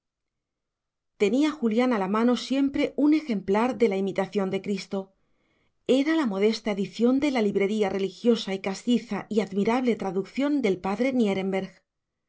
tenía julián a la mano siempre un ejemplar de la imitación de cristo era la modesta edición de la librería religiosa y castiza y admirable traducción del